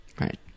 Right